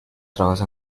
trabajos